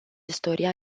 istoria